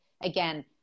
again